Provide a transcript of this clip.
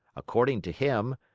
according to him,